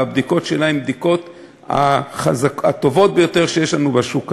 והבדיקות שלה הן הבדיקות הטובות ביותר שיש לנו בשוק היום,